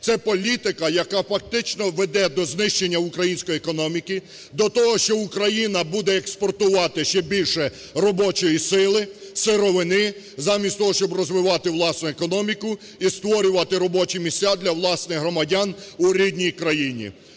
Це політика, яка фактично веде до знищення української економіки, до того, що Україна буде експортувати ще більше робочої сили, сировини замість того, щоб розвивати власну економіку і створювати робочі місця для власних громадян у рідній країні.